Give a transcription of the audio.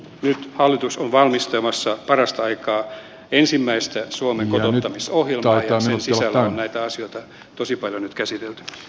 nyt hallitus on valmistelemassa parastaikaa ensimmäistä suomen kotouttamisohjelmaa ja sen sisällä on näitä asioita tosi paljon käsityöt